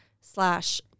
slash